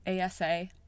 ASA